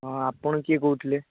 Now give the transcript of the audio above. ହଁ ଆପଣ କିଏ କହୁଥିଲେ